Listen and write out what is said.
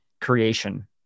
creation